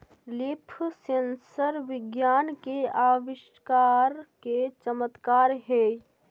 leaf sensor विज्ञान के आविष्कार के चमत्कार हेयऽ